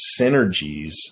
synergies